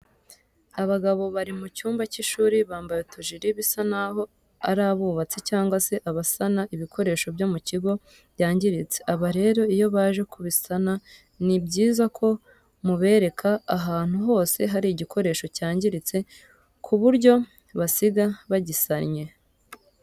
Abagabo bari mu cyumba cy'ishuri bambaye utujire bisa naho ari abubatsi cyangwa se abasana ibikoresho byo mu kigo byangiritse, aba rero iyo baje kubisana ni byiza ko mubereka ahantu hose hari igikoresho cyangiritse ku buryo basiga bagisannye.